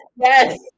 Yes